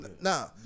Nah